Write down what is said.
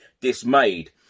dismayed